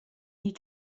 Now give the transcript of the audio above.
need